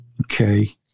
okay